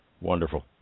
wonderful